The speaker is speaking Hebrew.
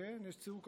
כן, יש ציור כזה.